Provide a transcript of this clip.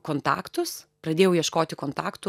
kontaktus pradėjau ieškoti kontaktų